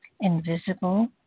Invisible